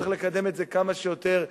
צריך לקדם את זה כמה שיותר מהר,